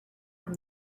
from